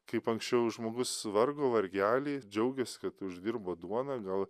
kaip anksčiau žmogus vargo vargelį džiaugės kad uždirbo duoną gal